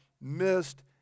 missed